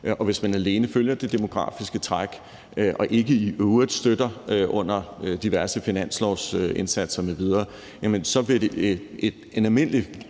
Og hvis man alene følger det demografiske træk og ikke i øvrigt støtter under diverse finanslovsindsatser m.v., vil en almindelig